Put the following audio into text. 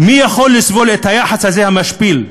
מי יכול לסבול את היחס הזה, המשפיל?